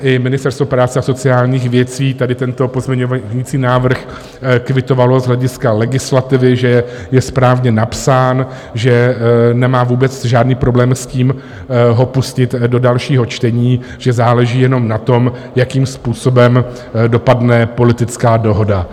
I Ministerstvo práce a sociálních věcí tady tento pozměňovací návrh kvitovalo z hlediska legislativy, že je správně napsán, že nemá vůbec žádný problém s tím ho pustit do dalšího čtení, že záleží jenom na tom, jakým způsobem dopadne politická dohoda.